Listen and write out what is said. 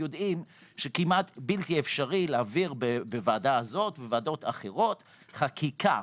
יודעים שכמעט בלתי אפשרי להעביר בוועדה הזו ובוועדות אחרות חקיקה.